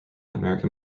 american